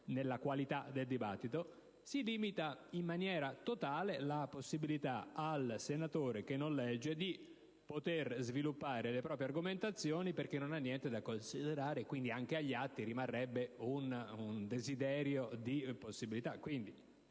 nella qualità del dibattito), in questo modo si limita in maniera totale la possibilità, per il senatore che non legge, di poter sviluppare le proprie argomentazioni, perché non ha niente da considerare. Anche agli atti, pertanto, rimarrebbe un desiderio di possibilità.